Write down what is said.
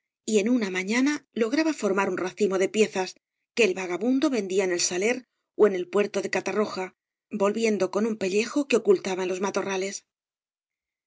y en una mañana lograba formar un racimo de piezas que el vagabundo vendía en el saler ó en el puerto de catarroja volviendo con un pellejo que ocultaba en los matorrales la